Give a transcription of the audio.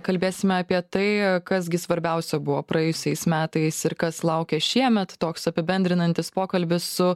kalbėsime apie tai kas gi svarbiausia buvo praėjusiais metais ir kas laukia šiemet toks apibendrinantis pokalbis su